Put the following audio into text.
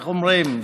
איך אומרים,